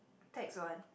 tax one